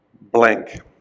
blank